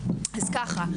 אז ככה,